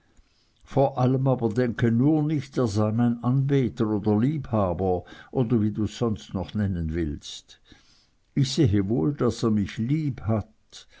vor allem aber denke nur nicht er sei mein anbeter oder liebhaber oder wie du's sonst noch nennen willst ich sehe wohl daß er mich liebhat